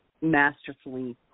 masterfully